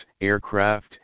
aircraft